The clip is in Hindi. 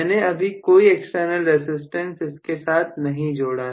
मैंने अभी कोई एक्सटर्नल रसिस्टेंस इसके साथ नहीं जोड़ा